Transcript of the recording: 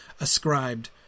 ascribed